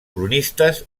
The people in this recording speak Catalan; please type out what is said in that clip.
cronistes